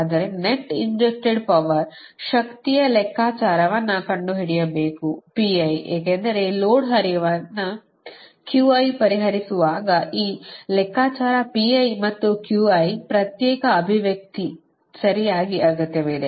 ಆದ್ದರಿಂದ net injected power ಶಕ್ತಿಯ ಲೆಕ್ಕಾಚಾರವನ್ನು ಕಂಡುಹಿಡಿಯಬೇಕು ಏಕೆಂದರೆ ಲೋಡ್ ಹರಿವನ್ನು ಪರಿಹರಿಸುವಾಗ ಈ ಲೆಕ್ಕಾಚಾರ ಮತ್ತು ಪ್ರತ್ಯೇಕ ಅಭಿವ್ಯಕ್ತಿ ಸರಿಯಾಗಿ ಅಗತ್ಯವಿದೆ